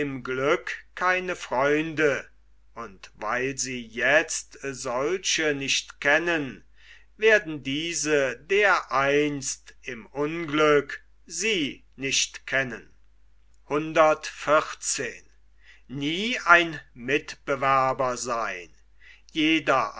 glück keine freunde und weil sie jetzt solche nicht kennen werden diese dereinst im unglück sie nicht kennen jeder